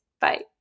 Bye